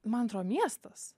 man atro miestas